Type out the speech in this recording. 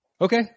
Okay